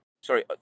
Sorry